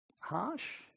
Harsh